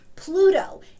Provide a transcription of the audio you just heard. Pluto